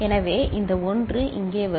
எனவே இந்த 1 இங்கே வரும்